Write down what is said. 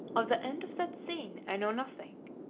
of the end of that scene i know nothing,